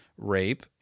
rape